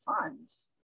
funds